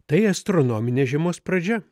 tai astronominė žiemos pradžia